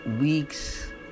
weeks